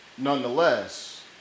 nonetheless